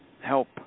help